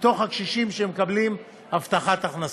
מתוך הקשישים מקבלים הבטחת הכנסה.